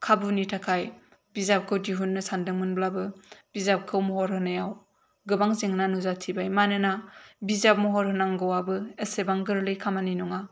खाबुनि थाखाय बिजाबखौ दिहुननो सान्दोंमोनब्लाबो बिजाबखौ महर होनायाव गोबां जेंना नुजाथिबाय मानोना बिजाब महर होनांगौआबो एसेबां गोरलै खामानि नङा